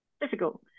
Difficult